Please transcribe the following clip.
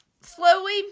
slowly